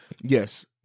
Yes